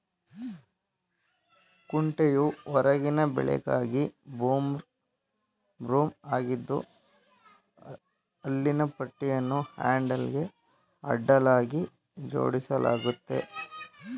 ಕುಂಟೆಯು ಹೊರಗಿನ ಬಳಕೆಗಾಗಿ ಬ್ರೂಮ್ ಆಗಿದ್ದು ಹಲ್ಲಿನ ಪಟ್ಟಿಯನ್ನು ಹ್ಯಾಂಡಲ್ಗೆ ಅಡ್ಡಲಾಗಿ ಜೋಡಿಸಲಾಗಯ್ತೆ